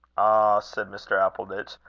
said mr. appleditch,